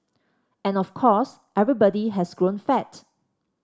and of course everybody has grown fat